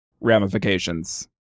ramifications